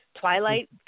Twilight